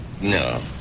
no